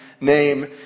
name